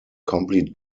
complete